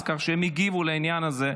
כך שהם הגיבו לעניין הזה,